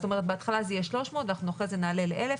זאת אומרך, בהתחלה זה יהיה 300 ואחר כך נעלה לאלף.